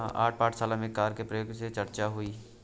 आज पाठशाला में कर के प्रकार की चर्चा हुई